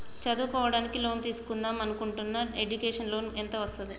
చదువుకోవడానికి లోన్ తీస్కుందాం అనుకుంటున్నా ఎడ్యుకేషన్ లోన్ ఎంత వస్తది?